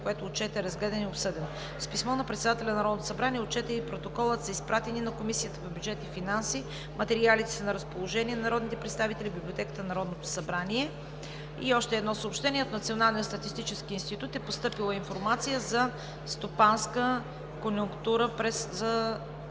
което Отчетът е разгледан и обсъден. С писмо на председателя на Народното събрание Отчетът и Протоколът са изпратени на Комисията по бюджет и финанси. Материалите са на разположение на народните представители в Библиотеката на Народното събрание. - От Националния статистически институт е постъпила информация за стопанската конюнктура през